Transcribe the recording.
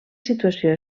situació